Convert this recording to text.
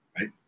right